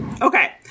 Okay